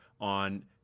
on